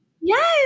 Yes